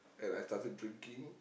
and I started drinking